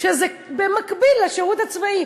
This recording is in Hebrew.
שזה במקביל לשירות הצבאי.